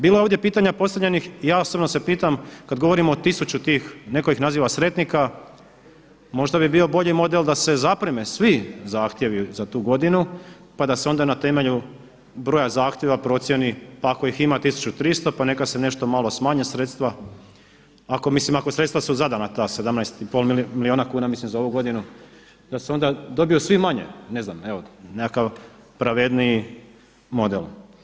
Bilo je ovdje pitanja postavljenih i ja osobno se pitam kad govorimo o tisuću tih, neko ih naziva sretnika, možda bi bio bolji model da se zapreme svi zahtjevi za tu godinu pa da se onda na temelju broja zahtjeva procijeni pa ako ih ima 1300 pa neka se nešto malo smanje sredstva, ako su sredstva zadana ta 17,5 milijuna kuna mislim za ovu godinu, da dobiju onda svi manje, ne znam nekakav pravedniji model.